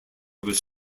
was